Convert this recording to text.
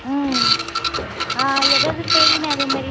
ம் எதாது பெய்ன் அது மாரி